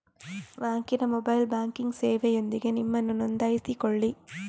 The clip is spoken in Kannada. ಬ್ಯಾಂಕಿನ ಮೊಬೈಲ್ ಬ್ಯಾಂಕಿಂಗ್ ಸೇವೆಯೊಂದಿಗೆ ನಿಮ್ಮನ್ನು ನೋಂದಾಯಿಸಿಕೊಳ್ಳಿ